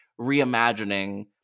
reimagining